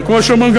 וכמו שאומרים,